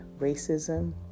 racism